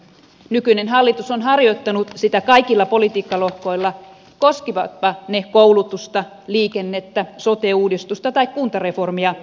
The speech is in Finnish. nykyinen hallitus on harjoittanut sitä kaikilla politiikkalohkoilla koskivatpa ne koulutusta liikennettä sote uudistusta tai kuntareformia